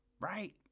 Right